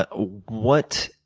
ah what,